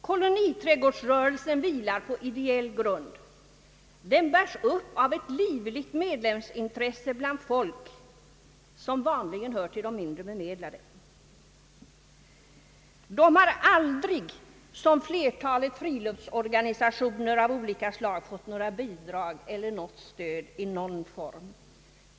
Koloniträdgårdsrörelsen vilar på ideell grund och bärs upp av ett livligt medlemsintiresse bland folk som vanligen hör till de mindre bemedlade. Denna rörelse har aldrig — till skillnad från flertalet friluftsorganisationer av olika slag — fått bidrag eller stöd i någon form.